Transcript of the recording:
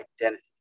identity